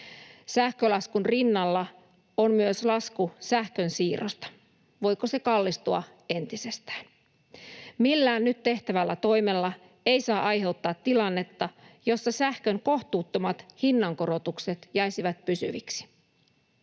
Sähkölaskun rinnalla on myös lasku sähkönsiirrosta. Voiko se kallistua entisestään? Millään nyt tehtävällä toimella ei saa aiheuttaa tilannetta, jossa sähkön kohtuuttomat hinnankorotukset jäisivät pysyviksi.